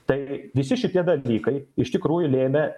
taigi visi šitie dalykai iš tikrųjų lėmė